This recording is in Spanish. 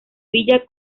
villa